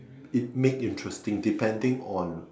it make interesting depending on